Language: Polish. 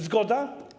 Zgoda?